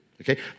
Okay